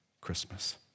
Christmas